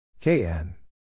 KN